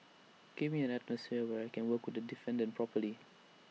give me an atmosphere where I can work the defendant properly